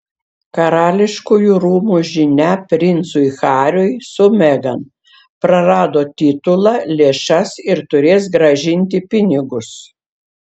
karališkųjų rūmų žinia princui hariui su megan prarado titulą lėšas ir turės grąžinti pinigus